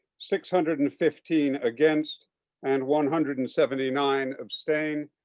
six hundred and fifteen against and one hundred and seventy nine abstain.